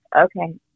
Okay